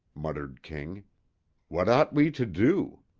muttered king what ought we to do?